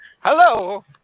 hello